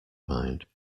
mind